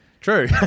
True